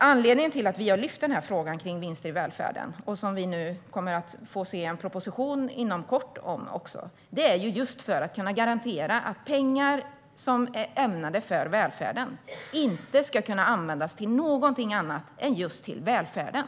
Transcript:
Anledningen till att Vänsterpartiet har lyft upp frågan om vinster i välfärden - och det kommer en proposition inom kort - är för att garantera att pengar som är ämnade för välfärden inte ska användas till något annat än till just välfärden.